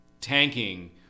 tanking